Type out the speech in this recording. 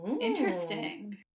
interesting